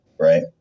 Right